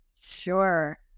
Sure